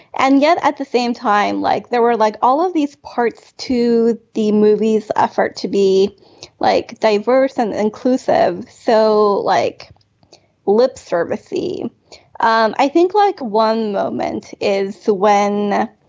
and yet at the same time like there were like all of these parts to the movie's effort to be like diverse and inclusive. so like lip service theme um i think like one moment is when